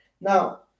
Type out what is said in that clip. Now